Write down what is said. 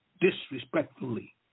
disrespectfully